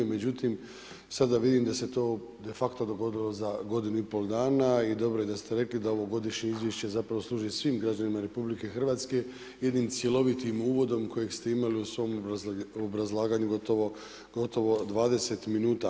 Međutim sada vidim da se to de facto dogodilo za godinu i pol dana i dobro je da ste rekli da ovogodišnje izvješće zapravo služi svim građanima RH jednim cjelovitim uvodom kojeg ste imali u svom obrazlaganju gotovo 20 minuta.